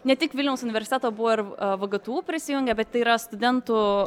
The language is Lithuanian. ne tik vilniaus universiteto buvo ir vgtu prisijungę bet tai yra studentų